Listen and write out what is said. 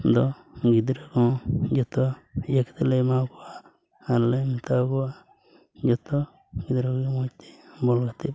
ᱫᱚ ᱜᱤᱫᱽᱨᱟᱹ ᱠᱚ ᱦᱚᱸ ᱡᱚᱛᱚ ᱤᱭᱟᱹ ᱠᱟᱛᱮᱫ ᱞᱮ ᱮᱢᱟ ᱠᱚᱣᱟ ᱟᱨ ᱞᱮ ᱢᱮᱛᱟ ᱠᱚᱣᱟ ᱡᱚᱛᱚ ᱜᱤᱫᱽᱨᱟᱹ ᱜᱮ ᱢᱚᱡᱽᱛᱮ ᱵᱚᱞ ᱜᱟᱛᱮᱜ ᱯᱮ